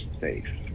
safe